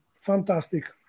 fantastic